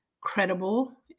credible